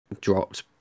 dropped